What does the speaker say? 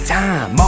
time